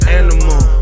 animal